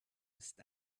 ist